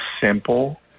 simple